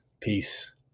peace